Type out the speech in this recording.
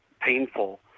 painful